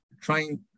trying